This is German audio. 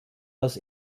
aus